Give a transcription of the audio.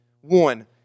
One